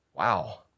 Wow